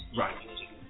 right